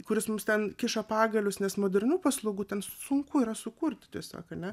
kuris mums ten kiša pagalius nes modernių paslaugų ten sunku yra sukurti tiesiog ane